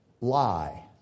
lie